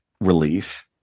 release